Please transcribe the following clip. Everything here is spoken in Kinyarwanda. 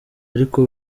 ariko